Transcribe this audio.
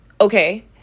okay